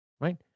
right